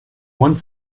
one